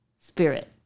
spirit